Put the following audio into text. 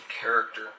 character